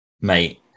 mate